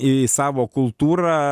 į savo kultūrą